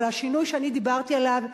אבל השינוי שאני דיברתי עליו,